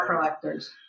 collectors